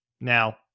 Now